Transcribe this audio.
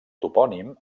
topònim